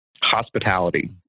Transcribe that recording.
hospitality